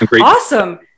awesome